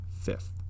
fifth